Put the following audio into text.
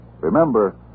remember